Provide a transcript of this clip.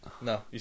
No